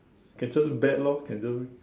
can just bad lor can just